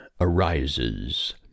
arises